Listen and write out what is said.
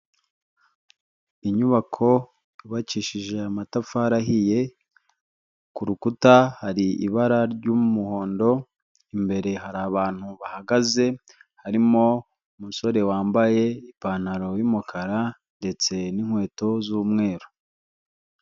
Inyubako yubakishije amatafari ahiye, ku rukuta hari ibara ry'umuhondo, imbere hari abantu bahagaze, harimo umusore wambaye ipantaro y'umukara ndetse n'inkweto z'umweru.